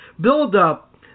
buildup